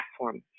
platform